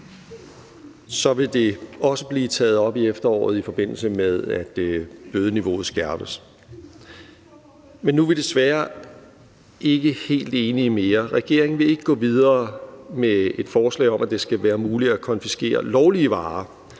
vil det også blive taget op i efteråret, i forbindelse med at bødeniveauet skærpes. Men så er vi desværre ikke helt enige mere. Regeringen vil ikke gå videre med et forslag om, at det skal være muligt at konfiskere lovlige varer,